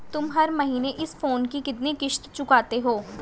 तुम हर महीने इस फोन की कितनी किश्त चुकाते हो?